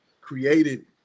created